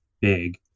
big